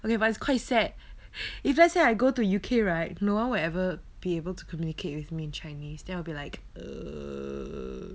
okay but it's quite sad if let's say I go to U_K right no one will ever be able to communicate with me in chinese then I'll be like uh